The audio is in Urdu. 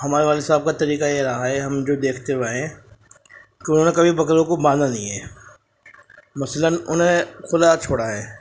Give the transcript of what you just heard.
ہمارے والد صاحب کا طریقہ یہ رہا ہے ہم جو دیکھتے ہوئے آئے ہیں کہ انہوں نے کبھی بکروں کو باندھا نہیں ہے مثلاً انہیں کھلا چھوڑا ہے